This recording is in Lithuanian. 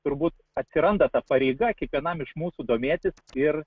turbūt atsiranda ta pareiga kiekvienam iš mūsų domėtis ir